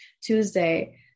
Tuesday